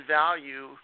value